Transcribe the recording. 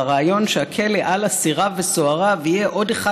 והרעיון שהכלא על אסיריו וסוהריו יהיה עוד אחד